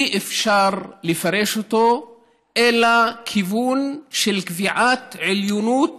אי-אפשר לפרש אותו אלא בכיוון של קביעת עליונות